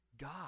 God